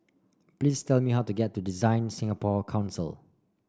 please tell me how to get to DesignSingapore Council